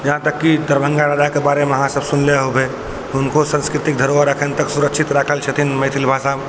यहाँतक की दरभंगा राजा के बारे मे अहाँसब सुनने होबै हुनको संस्कृतिक धरोहर अखन तक सुरक्षित राखल छथिन मैथिल भाषा